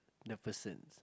the person